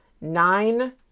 nine